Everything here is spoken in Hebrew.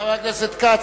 חבר הכנסת כץ,